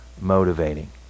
motivating